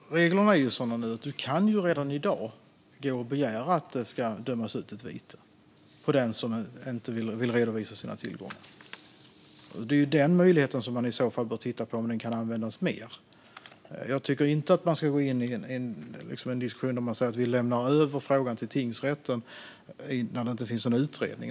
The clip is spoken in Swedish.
Fru talman! Reglerna är sådana att du redan i dag kan begära att det ska dömas ut ett vite till den som inte vill redovisa sina tillgångar. Det är den möjligheten som man i så fall bör titta på: Kan den möjligheten användas mer? Jag tycker inte att man ska gå in i en diskussion där man säger att vi lämnar över frågan till tingsrätten när det inte finns någon utredning.